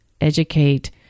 educate